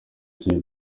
ikipe